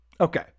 Okay